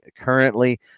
currently